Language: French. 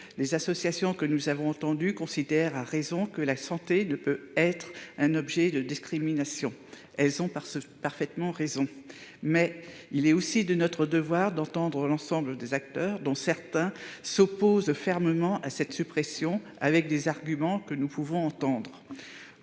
Les associations que nous avons reçues considèrent que la santé ne peut être un objet de discrimination, ce en quoi elles ont parfaitement raison. Reste qu'il est aussi de notre devoir d'entendre l'ensemble des acteurs : certains s'opposent fermement à cette suppression, avec des arguments que nous pouvons recevoir.